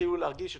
יתחילו להרגיש.